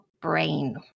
brain